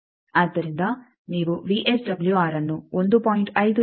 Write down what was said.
ಆದ್ದರಿಂದ ನೀವು ವಿಎಸ್ಡಬ್ಲ್ಯೂಆರ್ಅನ್ನು 1